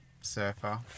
surfer